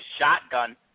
shotgun